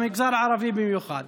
במגזר הערבי במיוחד,